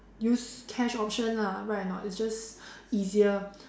use cash option lah right or not it's just easier